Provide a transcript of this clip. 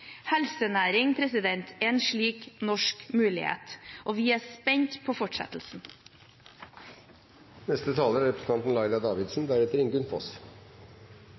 Helsenæring er en slik norsk mulighet – og vi er spent på fortsettelsen.